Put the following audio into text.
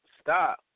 stop